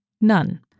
None